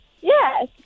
Yes